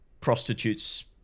prostitutes